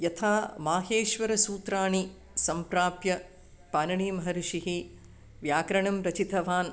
यथा माहेश्वरसूत्राणि सम्प्राप्य पाणिनिमहर्षेः व्याकरणं रचितवान्